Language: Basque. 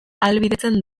ahalbidetzen